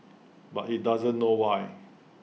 but he doesn't know why